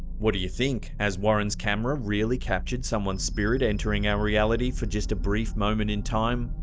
what do you think? has warren's camera really captured someone's spirit entering our reality for just a brief moment in time?